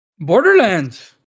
Borderlands